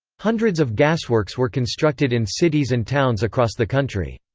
hundreds of gasworks were constructed in cities and towns across the country.